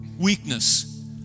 weakness